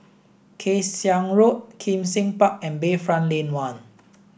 Kay Siang Road Kim Seng Park and Bayfront Lane One